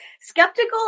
skeptical